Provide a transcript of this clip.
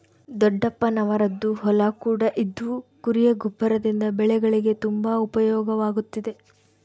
ದೊಡ್ಡಪ್ಪನವರದ್ದು ಹೊಲ ಕೂಡ ಇದ್ದು ಕುರಿಯ ಗೊಬ್ಬರದಿಂದ ಬೆಳೆಗಳಿಗೆ ತುಂಬಾ ಉಪಯೋಗವಾಗುತ್ತಿದೆ